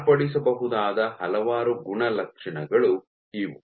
ಮಾರ್ಪಡಿಸಬಹುದಾದ ಹಲವಾರು ಗುಣಲಕ್ಷಣಗಳು ಇವು